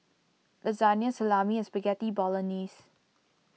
Lasagna Salami and Spaghetti Bolognese